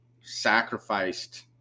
sacrificed